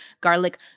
garlic